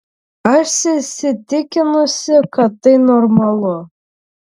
aš įsitikinusi kad tai normalu